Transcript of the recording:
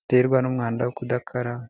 ziterwa n'umwanda wo kudakaraba.